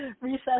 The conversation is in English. Recess